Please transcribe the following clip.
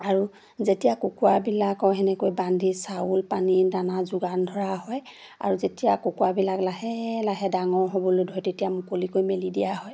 আৰু যেতিয়া কুকুৰাবিলাকৰ সেনেকৈ বান্ধি চাউল পানী দানা যোগান ধৰা হয় আৰু যেতিয়া কুকুৰাবিলাক লাহে লাহে ডাঙৰ হ'বলৈ ধৰি তেতিয়া মুকলিকৈ মেলি দিয়া হয়